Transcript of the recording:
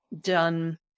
done